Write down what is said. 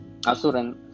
Asuran